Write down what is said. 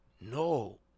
no